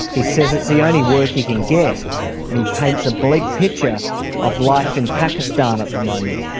he says it's the only work he can get and he paints a bleak picture of life in pakistan at the moment.